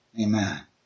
Amen